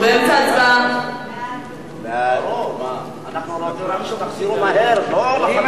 ההצעה להעביר את הצעת חוק קרן לסיוע לעסקים במצוקה,